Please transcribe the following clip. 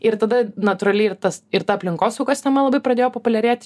ir tada natūraliai ir tas ir ta aplinkosaugos tema labai pradėjo populiarėt